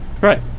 right